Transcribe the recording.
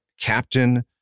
captain